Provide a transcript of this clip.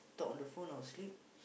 talk on the phone or sleep